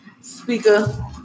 speaker